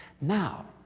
now,